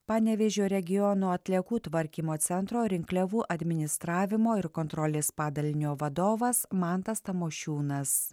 panevėžio regiono atliekų tvarkymo centro rinkliavų administravimo ir kontrolės padalinio vadovas mantas tamošiūnas